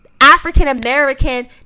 african-american